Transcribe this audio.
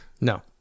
No